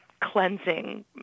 cleansing